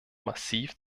massiv